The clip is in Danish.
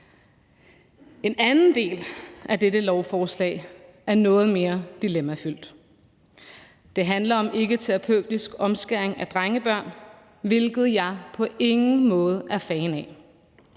En anden del af dette lovforslag er noget mere dilemmafyldt. Det handler om ikketerapeutisk omskæring af drengebørn, hvilket jeg på ingen måde er fan af.